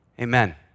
Amen